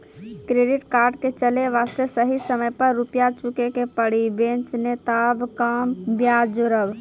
Credit card के चले वास्ते सही समय पर रुपिया चुके के पड़ी बेंच ने ताब कम ब्याज जोरब?